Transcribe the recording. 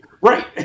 Right